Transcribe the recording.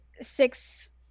six